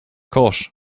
kosz